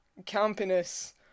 campiness